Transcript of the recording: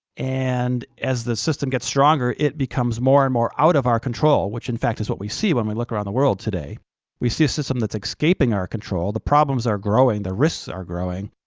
and as the system gets stronger, it becomes more and more out of our control, which in fact is what we see when we look around the world today we see a system that's escaping our control. the problems are growing, the risks are growing.